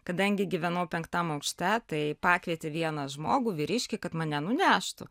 kadangi gyvenau penktam aukšte tai pakvietė vieną žmogų vyriškį kad mane nuneštų